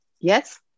yes